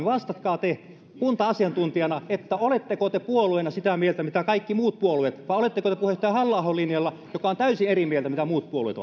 vastatkaa te kunta asiantuntijana oletteko te puolueena sitä mieltä mitä kaikki muut puolueet ovat vai oletteko te puheenjohtaja halla ahon linjalla joka on täysin eri mieltä kuin muut puolueet